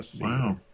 Wow